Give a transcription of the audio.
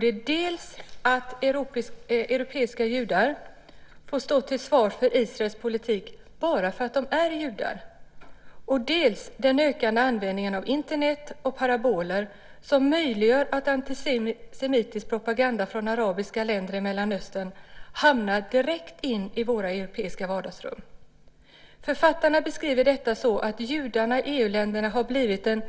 Det är dels att europeiska judar får stå till svars för Israels politik bara för att de är judar, dels den ökande användningen av Internet och paraboler som möjliggör att antisemitisk propaganda från arabiska länder i Mellanöstern hamnar direkt in i våra europeiska vardagsrum. Författarna beskriver detta så att judarna i EU-länderna har blivit den